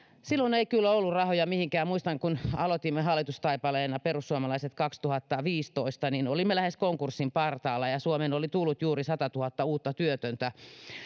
silloin ei kyllä ollut rahoja mihinkään muistan kun aloitimme perussuomalaiset hallitustaipaleen vuonna kaksituhattaviisitoista olimme lähes konkurssin partaalla ja suomeen oli tullut juuri satatuhatta uutta työtöntä